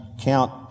count